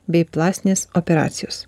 bei plastinės operacijos